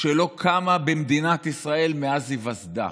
שלא קמה במדינת ישראל מאז היווסדה?